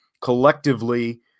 collectively